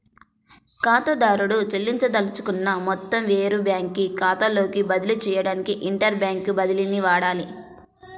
ఖాతాదారుడు చెల్లించదలుచుకున్న మొత్తం వేరే బ్యాంకు ఖాతాలోకి బదిలీ చేయడానికి ఇంటర్ బ్యాంక్ బదిలీని వాడాలి